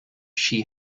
she